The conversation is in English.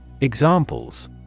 Examples